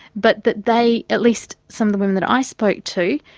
but that they, at least some of the women that i spoke to,